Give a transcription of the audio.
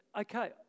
okay